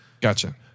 Gotcha